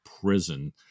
prison